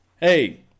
Hey